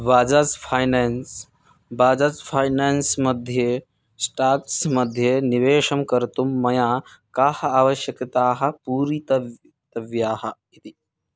Bajaj finance Bajaj finance मध्ये stocks मध्ये निवेशं कर्तुं मया काः आवश्यकताः पूरितं तव्याः इति